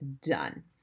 done